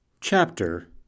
Chapter